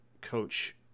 coach